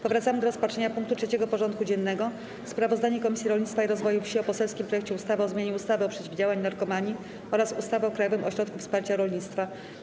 Powracamy do rozpatrzenia punktu 3. porządku dziennego: Sprawozdanie Komisji Rolnictwa i Rozwoju Wsi o poselskim projekcie ustawy o zmianie ustawy o przeciwdziałaniu narkomanii oraz ustawy o Krajowym Ośrodku Wsparcia Rolnictwa.